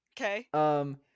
Okay